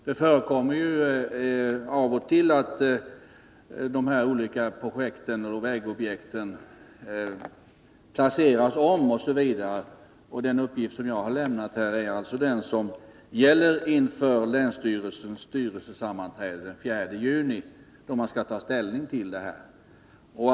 Det förekommer ju av och till att vägobjekt placeras om, och den uppgift som jag har lämnat är den som gäller inför länsstyrelsens styrelsesammanträde den 4 juni, då man skall ta ställning till flerårsplanen.